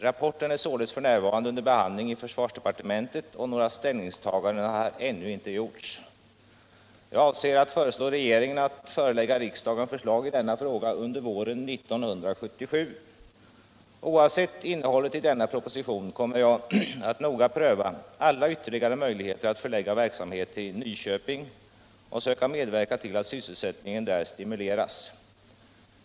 Rapporten är således f. n. under behandling i försvarsdepartementet, och några ställningstaganden har ännu inte gjorts. Jag avser att föreslå regeringen att förelägga riksdagen förslag i denna fråga under våren 1977. Oavsett innehållet i denna proposition kommer jag att noga pröva alla ytterligare möjligheter att förlägga verksamhet till Nyköping och söka medverka till att sysselsättningen där stimuleras.